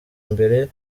mbere